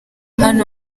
hano